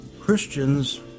Christians